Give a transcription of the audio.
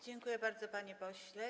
Dziękuję bardzo, panie pośle.